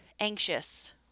anxious